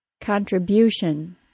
contribution